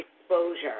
exposure